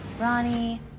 Ronnie